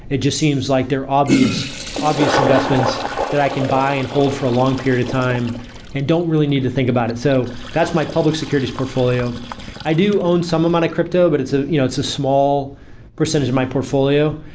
it just seems like they're obvious obvious investments that i can buy and hold for a long period of time and don't really need to think about it. so that's my public securities portfolio i do own some amount of crypto, but it's ah you know it's a small percentage of my portfolio.